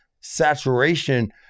saturation